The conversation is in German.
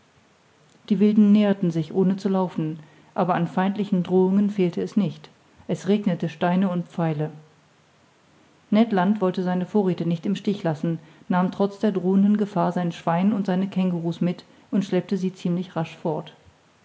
die wilden näherten sich ohne zu laufen aber an feindlichen drohungen fehlte es nicht es regnete steine und pfeile ned land wollte seine vorräthe nicht im stich lassen nahm trotz der drohenden gefahr sein schwein und seine kängurus mit und schleppte sie ziemlich rasch fort